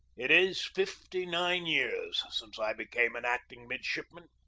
it is fifty-nine years since i became an acting midshipman.